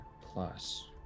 plus